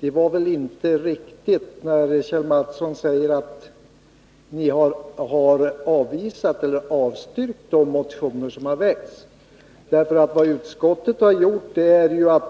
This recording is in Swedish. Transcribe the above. det väl inte var riktigt när han sade att utskottet har avstyrkt de motioner som har väckts.